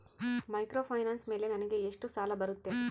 Microfinance ಮೇಲೆ ನನಗೆ ಎಷ್ಟು ಸಾಲ ಬರುತ್ತೆ?